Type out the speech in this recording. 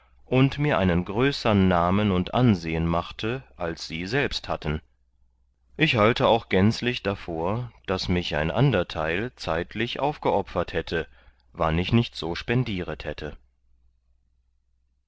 und mir einen größern namen und ansehen machte als sie selbst hatten ich halte auch gänzlich davor daß mich ein ander teil zeitlich aufgeopfert hätte wann ich nicht so spendieret hätte